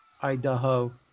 Idaho